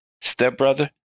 stepbrother